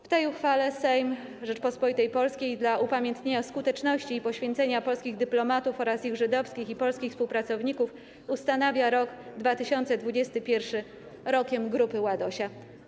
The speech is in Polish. W tej uchwale Sejm Rzeczypospolitej polskiej dla upamiętnienia skuteczności i poświęcenia polskich dyplomatów oraz ich żydowskich i polskich współpracowników ustanawia rok 2021 Rokiem Grupy Ładosia.